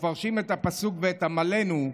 מפרשים את הפסוק "ואת עמלנו,